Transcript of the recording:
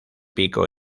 pico